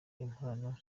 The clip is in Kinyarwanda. impano